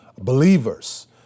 believers